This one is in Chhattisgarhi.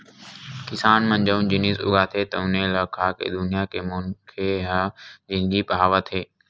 किसान मन जउन जिनिस उगाथे तउने ल खाके दुनिया के मनखे ह जिनगी पहावत हे